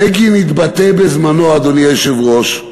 בגין התבטא בזמנו, אדוני היושב-ראש,